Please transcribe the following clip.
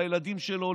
לילדים שלו,